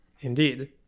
Indeed